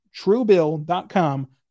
truebill.com